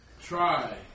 Try